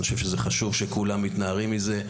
אני חושב שזה חשוב שכולם מתנערים מזה.